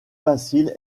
facile